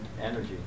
energy